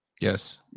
Yes